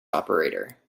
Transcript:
operator